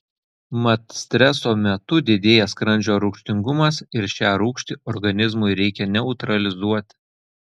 mat streso metu didėja skrandžio rūgštingumas ir šią rūgštį organizmui reikia neutralizuoti